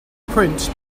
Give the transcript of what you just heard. print